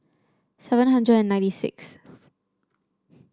seven hundred and ninety sixth